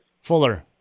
Fuller